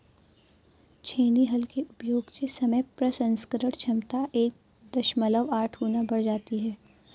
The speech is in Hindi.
छेनी हल के उपयोग से समय प्रसंस्करण क्षमता एक दशमलव आठ गुना बढ़ जाती है